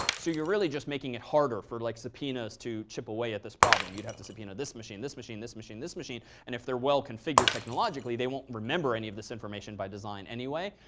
so you're really just making it harder for like subpoenas to chip away at this problem. you'd have to subpoena this machine, this machine, this machine, this machine. and if they're well configured technologically, they won't remember any of this information by design anyway.